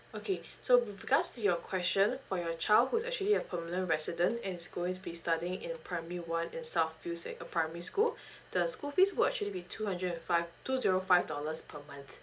okay so with regards to your question for your child who's actually a permanent resident and he's going to be studying in primary one in south view you said a primary school the school fees will actually be two hundred and five two zero five dollars per month